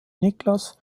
niklas